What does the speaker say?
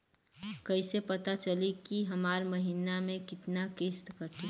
कईसे पता चली की हमार महीना में कितना किस्त कटी?